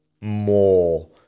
more